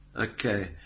Okay